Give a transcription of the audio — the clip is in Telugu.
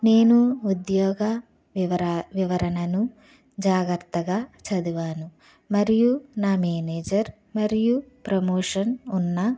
నేను ఉద్యోగ వివరా వివరణను జాగ్రత్తగా చదివాను మరియు నా మేనేజర్ మరియు ప్రమోషన్ ఉన్న